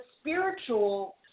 spiritual